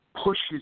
pushes